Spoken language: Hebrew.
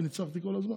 וניצחתי כל הזמן.